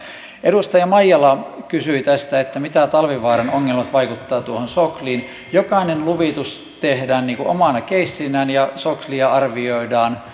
edustaja maijala kysyi tästä miten talvivaaran ongelmat vaikuttavat sokliin jokainen luvitus tehdään omana keissinään ja soklia arvioidaan